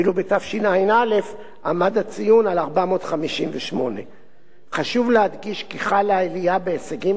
ואילו בתשע"א היה הציון 458. חשוב להדגיש כי חלה עלייה בהישגים